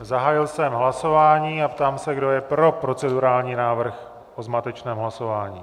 Zahájil jsem hlasování a ptám se, kdo je pro procedurální návrh o zmatečném hlasování.